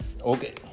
Okay